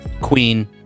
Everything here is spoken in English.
queen